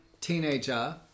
teenager